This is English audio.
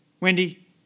Wendy